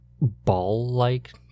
ball-like